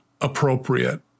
appropriate